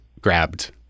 grabbed